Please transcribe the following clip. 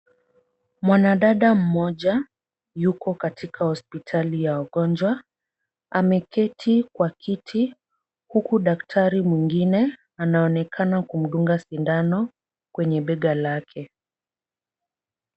Mwanadada mmoja yuko katika hospitali ya wagonjwa. Ameketi kwa kiti huku daktari mwingine anaonekana kumdunga sindano kwenye bega lake.